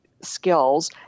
skills